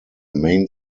main